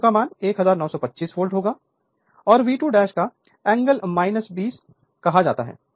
V2 1925 volt होगा और V2 का एंगल 2o कहा जाता है